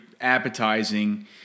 appetizing